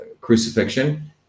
crucifixion